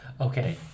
Okay